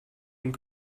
und